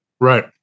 Right